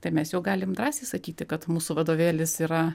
tai mes jau galim drąsiai sakyti kad mūsų vadovėlis yra